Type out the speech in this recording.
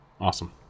Awesome